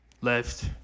left